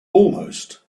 almost